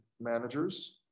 managers